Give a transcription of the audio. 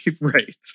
Right